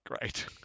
great